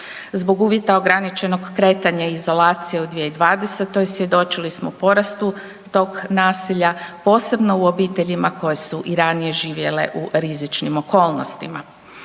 Zbog uvjeta ograničenog kretanja i izolacije u 2020. svjedočili smo porastu tog nasilja posebno u obiteljima koje su i ranije živjele u rizičnim okolnostima.